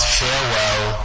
farewell